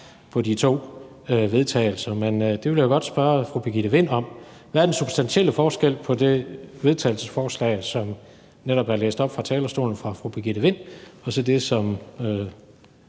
til vedtagelse. Men det vil jeg godt spørge fru Birgitte Vind om: Hvad er den substantielle forskel på det forslag til vedtagelse, som netop er læst op fra talerstolen af fru Birgitte Vind, og så det, som